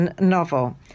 novel